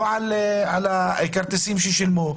לא על כרטיסים ששילמו,